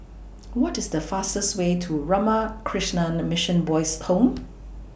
What IS The fastest Way to Ramakrishna Mission Boys' Home